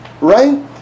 right